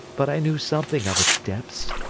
but, i knew something of its depths.